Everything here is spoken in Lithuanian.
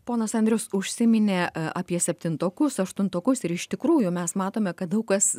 ponas andrius užsiminė a apie septintokus aštuntokus ir iš tikrųjų mes matome kad daug kas